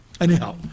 Anyhow